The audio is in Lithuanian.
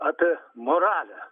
apie moralę